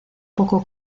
poco